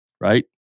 right